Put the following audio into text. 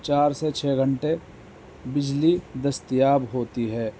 چار سے چھ گھنٹے بجلی دستیاب ہوتی ہے